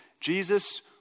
Jesus